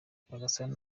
rwagasana